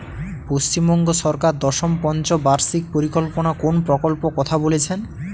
পশ্চিমবঙ্গ সরকার দশম পঞ্চ বার্ষিক পরিকল্পনা কোন প্রকল্প কথা বলেছেন?